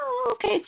Okay